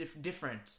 different